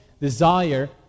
desire